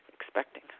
expecting